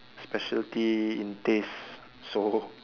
speciality in taste so